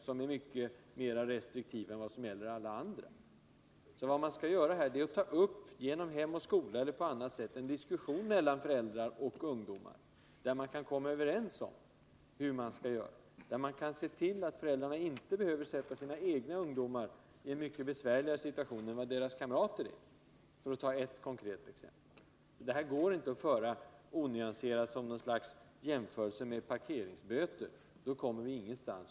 Det är svårt att hävda restriktivare tider än dem som gäller för alla andra. Vad man här bör göra är att genom hem och skola eller på annat sätt ta upp en diskussion mellan föräldrar och ungdomar, där man kan komma överens om vad som skall gälla. Man borde se till att föräldrarna inte behöver försätta sina egna ungdomar i en besvärligare situation än den som gäller för deras kamrater, för att ta ett konkret exempel. Att jämföra med parkeringsböter leder ingenstans.